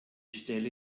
stelle